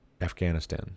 Afghanistan